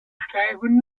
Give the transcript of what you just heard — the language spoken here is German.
steifen